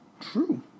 true